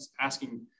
asking